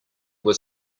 were